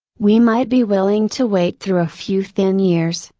we might be willing to wait through a few thin years,